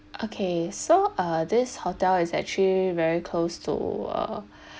okay so uh this hotel is actually very close to err